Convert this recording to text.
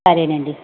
సరేనండి